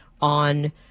on